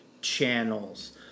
channels